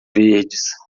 verdes